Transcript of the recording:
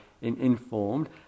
informed